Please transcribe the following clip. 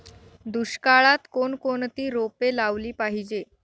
दुष्काळात कोणकोणती रोपे लावली पाहिजे?